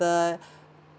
other